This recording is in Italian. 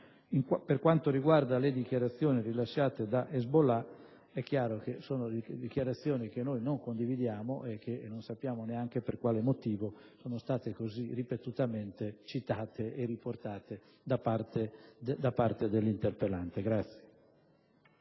Per quanto riguarda le dichiarazioni rilasciate da Hezbollah, chiaramente sono dichiarazioni che non condividiamo e non sappiamo neanche per quale motivo siano state così ripetutamente citate e riportate da parte dell'interpellante.